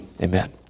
Amen